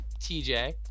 TJ